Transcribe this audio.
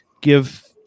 give